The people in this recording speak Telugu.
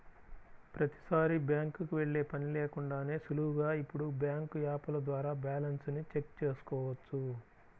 ప్రతీసారీ బ్యాంకుకి వెళ్ళే పని లేకుండానే సులువుగా ఇప్పుడు బ్యాంకు యాపుల ద్వారా బ్యాలెన్స్ ని చెక్ చేసుకోవచ్చు